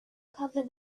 cover